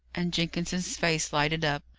and jenkins's face lighted up.